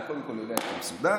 אתה קודם כול יודע שאתה מסודר,